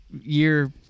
year